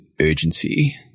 urgency